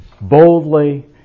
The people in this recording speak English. boldly